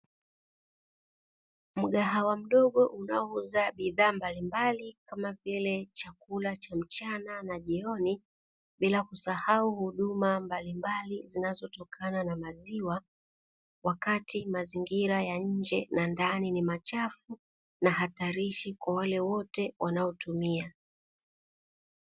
Mgahawa mdogo unaouza bidhaa mbalimbali kama vile chakula cha mchana na jioni bila kusahau huduma mbalimbali zinazotokana na maziwa, wakati mazingira ya nje na ndani ni machafu na hatarishi kwa wale wote wanaotumia.